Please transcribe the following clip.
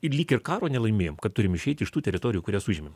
ir lyg ir karo nelaimėjom kad turim išeit iš tų teritorijų kurias užėmėm